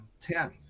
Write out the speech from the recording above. ten